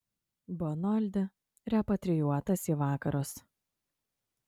bonoldi repatrijuotas į vakarus